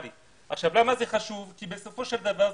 למה זה חשוב כי בסופו של דבר,